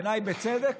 בעיניי בצדק,